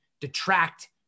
detract